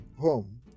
home